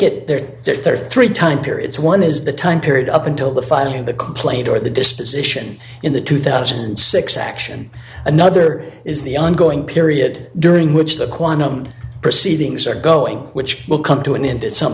it there are three time periods one is the time period up until the filing the complaint or the disposition in the two thousand and six action another is the ongoing period during which the quantum proceedings are going which will come to an end it some